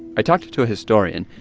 i talked to to a historian,